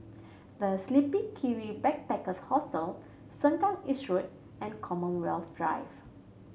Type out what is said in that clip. The Sleepy Kiwi Backpackers Hostel Sengkang East Road and Commonwealth Drive